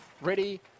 ready